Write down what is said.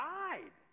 died